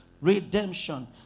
Redemption